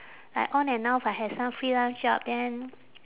like on and off I have some freelance job then